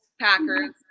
Packers